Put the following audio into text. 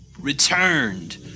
returned